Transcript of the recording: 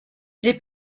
les